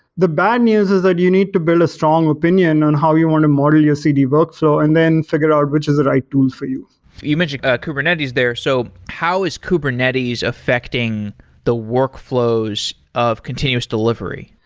the bad news is that you need to build a strong opinion on how you want to model your cd workflow and then figure out which is the right tool for you you mentioned ah kubernetes there. so how is kubernetes affecting the workflows of continuous delivery?